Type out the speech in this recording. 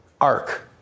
arc